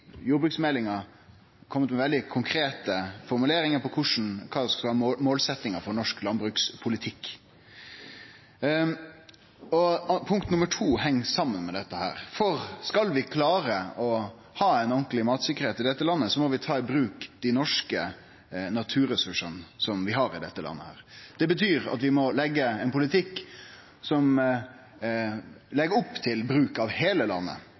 jordbruksmeldinga kome med veldig konkrete formuleringar om kva som skal vere målsetjingane for norsk landbrukspolitikk. Punkt nr. 2 heng saman med dette. Skal vi klare å ha ein ordentleg mattryggleik i dette landet, må vi ta i bruk dei naturressursane som vi har i dette landet. Det betyr at vi må ha ein politikk som legg opp til å bruke heile landet,